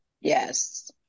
Yes